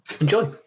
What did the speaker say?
Enjoy